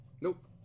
nope